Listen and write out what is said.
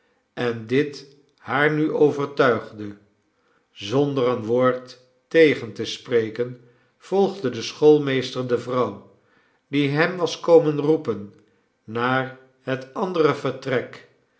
en dit haar nu overtuigde zonder een woord tegen te spreken volgde de schoolmeester de vrouw die hem was komen roepen naar het andere vertrek